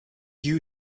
you